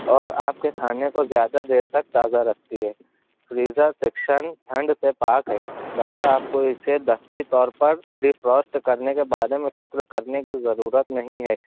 اور آپ کے کھانے کو زیادہ دیر تک تازہ رکھتی ہے فریزر سیکشن ٹھنڈ سے پاک ہے لحاظہ آپ کو اسے دفتی طور پر ڈیفروسٹ کرنے کے بارے میں فکر کرنے کی ضرورت نہیں ہے